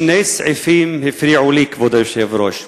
שני סעיפים הפריעו לי, כבוד היושב-ראש.